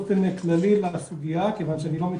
כלליות.